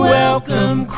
welcome